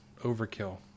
overkill